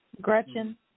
Gretchen